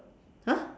!huh!